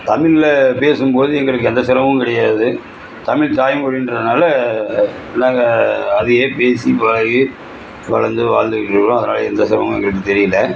தமிழில் பேசும்போது எங்களுக்கு எந்த சிரமமும் கிடையாது தமிழ் தாய்மொழின்றதுனால நாங்கள் அதேயே பேசி பழகி வளர்ந்து வாழ்ந்துகிட்டு வரோம் அதனால் எந்த சிரமமும் எங்களுக்கு தெரியல